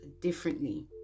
differently